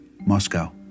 Moscow